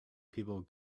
people